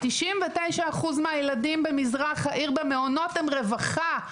99 אחוז מהילדים במזרח העיר במעונות הם רווחה,